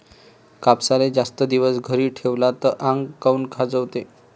कापसाले जास्त दिवस घरी ठेवला त आंग काऊन खाजवते?